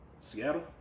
Seattle